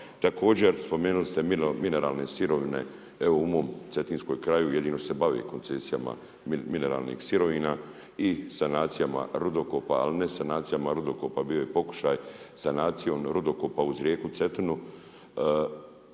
Također spomenuli ste mineralne sirovine, evo u mom Cetinskom kraju, jedino se bavi koncesija mineralnih sirovina i sanacija rudokopa, ali ne sanacija rudokopa, bio je pokušaj sanacije rudokopa uz rijeku Cetinu,